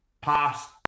past